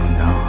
no